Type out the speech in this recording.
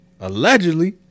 allegedly